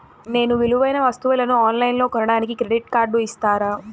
నేను విలువైన వస్తువులను ఆన్ లైన్లో కొనడానికి క్రెడిట్ కార్డు ఇస్తారా?